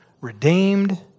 redeemed